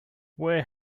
where